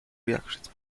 reactions